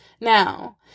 Now